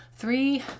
three